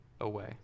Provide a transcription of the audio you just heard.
away